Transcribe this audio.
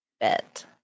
bet